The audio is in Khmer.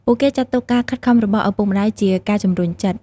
ពួកគេចាត់ទុកការខិតខំរបស់ឪពុកម្តាយជាការជំរុញចិត្ត។